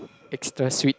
extra sweet